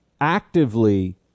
actively